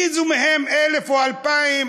איזו מהן, 1000 או 2000,